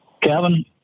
Kevin